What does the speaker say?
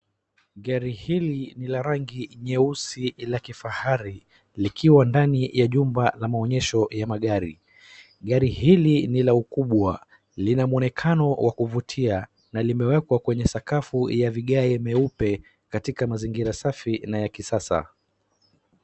Gari hili ni la rangi nyeusi la kifahari, likiwa ndani ya jumba la maonyesho ya magari. Gari hili ni la ukubwa, lina mwenekano wa kuvutia, na limeekwa kwenye sakafu ya vigae meupe katika mazingira safi na ya kisasa.